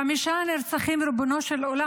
חמישה נרצחים, ריבונו של עולם.